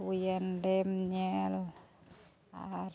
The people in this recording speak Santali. ᱦᱩᱭᱮᱱ ᱰᱮᱢ ᱧᱮᱞ ᱟᱨ